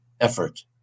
effort